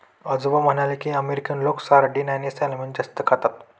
आजोबा म्हणाले की, अमेरिकन लोक सार्डिन आणि सॅल्मन जास्त खातात